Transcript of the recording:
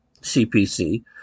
CPC